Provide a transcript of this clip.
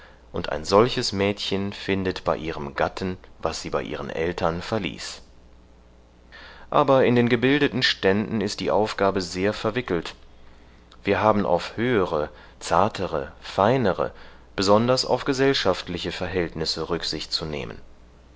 und ein solches mädchen findet bei ihrem gatten was sie bei ihren eltern verließ aber in den gebildeten ständen ist die aufgabe sehr verwickelt wir haben auf höhere zartere feinere besonders auf gesellschaftliche verhältnisse rücksicht zu nehmen